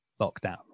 lockdown